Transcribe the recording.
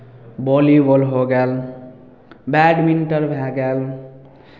volleyball हो गेल badminton भए गेल